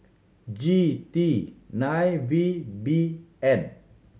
G T nine V B N